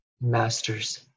masters